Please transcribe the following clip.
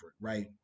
right